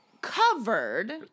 covered